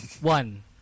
one